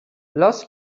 los